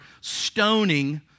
stoning